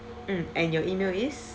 mm and your email is